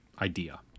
idea